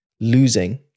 Losing